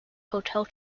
hotel